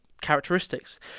characteristics